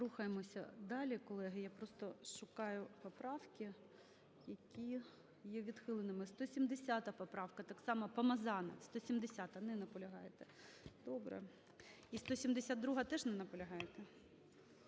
Рухаємося далі, колеги. Я просто шукаю поправки, які є відхиленими. 170 поправка - так самоПомазанов. 170-а – не наполягаєте. Добре. І 172-а. Теж не наполягаєте?